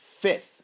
fifth